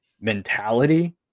mentality